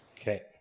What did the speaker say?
okay